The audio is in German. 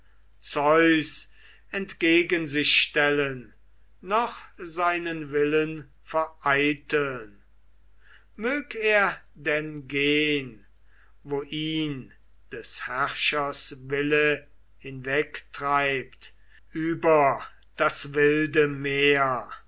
zeus entgegen sich stellen noch seinen willen vereiteln mög er denn gehn wo ihn des herrschers wille hinwegtreibt über das wilde meer